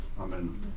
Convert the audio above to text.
Amen